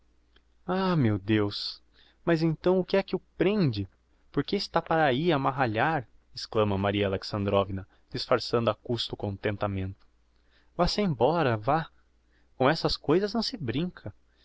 ah meu deus mas então que é que o prende por que está para ahi a marralhar exclama maria alexandrovna disfarçando a custo o contentamento vá-se embora vá com essas coisas não se brinca